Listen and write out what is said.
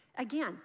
Again